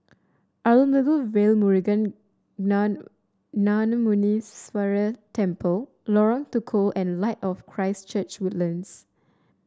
Arulmigu Velmurugan Nanamuneeswarar Temple Lorong Tukol and Light of Christ Church Woodlands